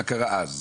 מה קרה אז?